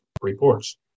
reports